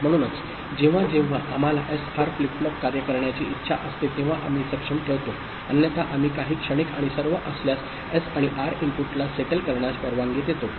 म्हणून जेव्हा जेव्हा आम्हाला एसआर फ्लिप फ्लॉप कार्य करण्याची इच्छा असते तेव्हा आम्ही सक्षम ठेवतो अन्यथा आम्ही काही क्षणिक आणि सर्व असल्यास एस आणि आर इनपुटला सेटल करण्यास परवानगी देतो